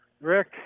Rick